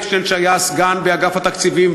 שהם אומרים: זה סתם להתנכל לאנשים,